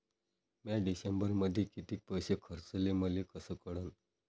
म्या डिसेंबरमध्ये कितीक पैसे खर्चले मले कस कळन?